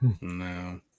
No